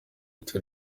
iti